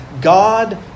God